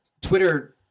Twitter